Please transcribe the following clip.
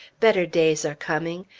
better days are coming!